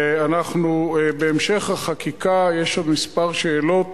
בהמשך החקיקה יש עוד כמה שאלות